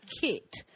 kit